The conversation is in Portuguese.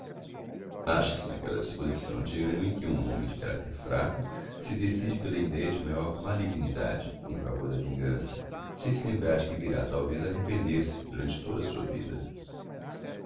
acha-se n'aquella disposição de animo em que um homem de caracter fraco se decide pela ideia de maior malignidade em favor da vingança sem se lembrar de que virá talvez a arrepender-se durante toda a sua vida